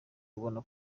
ubona